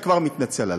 אני כבר מתנצל עליו.